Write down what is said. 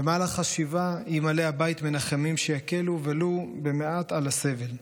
במהלך השבעה יימלא הבית מנחמים שיקלו ולו במעט על הסבל.